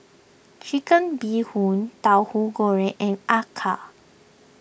Chicken Bee Hoon Tauhu Goreng and Acar